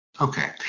Okay